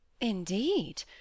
Indeed